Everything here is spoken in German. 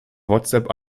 whatsapp